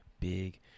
big